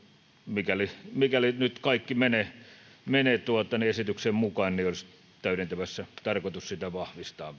mikäli mikäli nyt kaikki menee esityksen mukaan täydentävässä tarkoitus vahvistaa